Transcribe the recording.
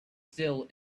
still